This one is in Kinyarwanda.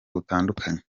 butandukanye